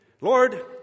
lord